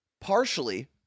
partially